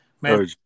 man